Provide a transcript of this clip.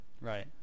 Right